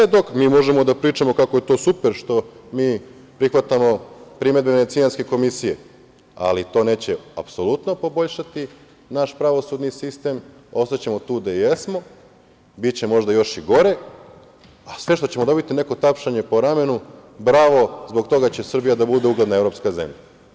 Mi možemo da pričamo kako je to super što mi prihvatamo primedbe Venecijanske komisije, ali to neće apsolutno poboljšati naš pravosudni sistem, ostaćemo tu gde jesmo, biće možda još i gore, a sve što ćemo dobiti neko tapšanje po ramenu, bravo, zbog toga će Srbija da bude ugledna evropska zemlja.